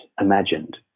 imagined